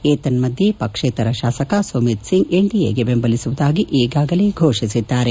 ಏತನ್ಮದ್ಕೆ ಪಕ್ಷೇತರ ಶಾಸಕ Sumit Singh NDA ಬೆಂಬಲಿಸುವುದಾಗಿ ಈಗಾಗಲೇ ಘೋಷಿಸಿದ್ದಾರೆ